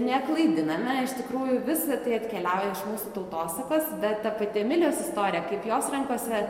neklaidiname iš tikrųjų visa tai atkeliauja iš mūsų tautosakos bet ta pati emilijos istorija kaip jos rankose